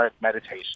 meditation